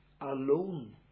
alone